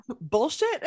bullshit